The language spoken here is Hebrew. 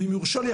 ואם יורשה לי,